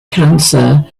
cancer